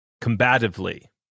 combatively